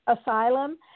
asylum